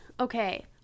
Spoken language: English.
Okay